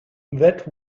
that